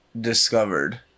discovered